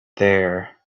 there